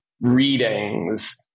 readings